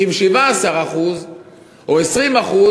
עם 17% או 20%,